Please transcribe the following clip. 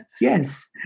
yes